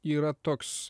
yra toks